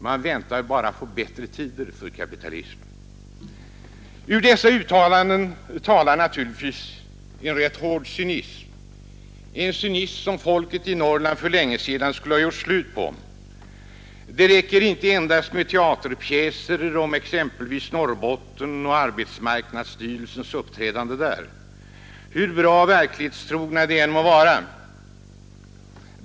Man väntar bara på bättre tider för kapitalismen. Dessa yttranden andas naturligtvis en hård cynism, en cynism som folket i Norrland för länge sedan skulle ha gjort slut på. Det räcker inte med endast teaterpjäser om exempelvis Norrbotten och arbetsmarknadsstyrelsens uppträdande där, hur bra och verklighetstrogna de än må vara.